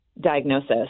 diagnosis